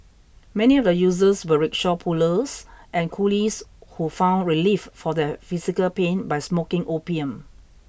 many of the users were rickshaw pullers and coolies who found relief for their physical pain by smoking opium